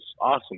awesome